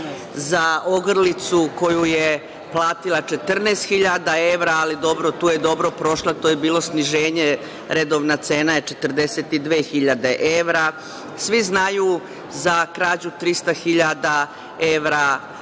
za ogrlicu koju je platila 14.000 evra, ali tu je dobro prošla, to je bilo sniženje, redovna cena je 42.000 evra. Svi znaju za krađu 300.000 evra